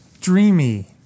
Dreamy